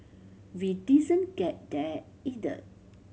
we didn't get that either